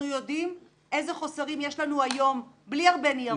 אנחנו יודעים איזה חוסרים יש לנו היום בלי הרבה ניירות.